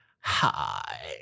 hi